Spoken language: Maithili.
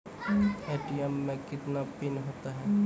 ए.टी.एम मे कितने पिन होता हैं?